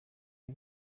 y’u